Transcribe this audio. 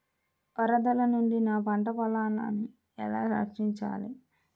వరదల నుండి నా పంట పొలాలని ఎలా రక్షించాలి?